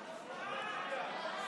הצבעה.